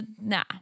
nah